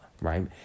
right